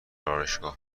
آرایشگاه